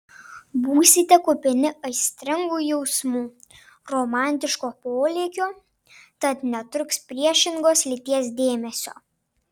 būsite kupini aistringų jausmų romantiško polėkio tad netrūks priešingos lyties dėmesio